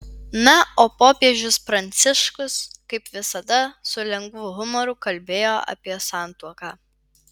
na o popiežius pranciškus kaip visada su lengvu humoru kalbėjo apie santuoką